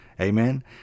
Amen